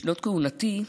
בשנות כהונתי,